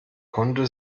konnte